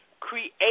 create